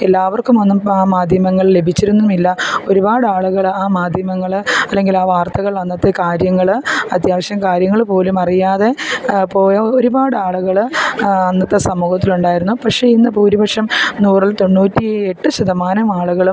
എല്ലാവർക്കുമൊന്നും മാധ്യമങ്ങൾ ലഭിച്ചിരുന്നുമില്ല ഒരുപാട് ആളുകൾ ആ മാധ്യമങ്ങൾ അല്ലെങ്കിൽ ആ വാർത്തകൾ അന്നത്തെ കാര്യങ്ങൾ അത്യാവശ്യം കാര്യങ്ങൾ പോലും അറിയാതെ പോയ ഒരുപാട് ആളുകൾ അന്നത്തെ സമൂഹത്തിൽ ഉണ്ടായിരുന്നു പക്ഷേ ഇന്ന് ഭൂരിപക്ഷം നൂറിൽ തൊണ്ണൂറ്റി എട്ട് ശതമാനം ആളുകളും